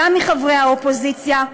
גם מחברי האופוזיציה,